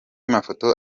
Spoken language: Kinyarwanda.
mafoto